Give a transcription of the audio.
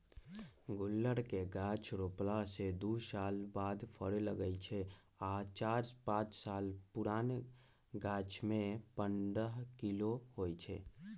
गुल्लर के गाछ रोपला के दू साल बाद फरे लगैए छइ आ चार पाच साल पुरान गाछमें पंडह किलो होइ छइ